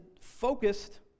focused